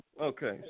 okay